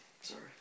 Sorry